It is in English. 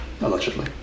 allegedly